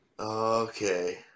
Okay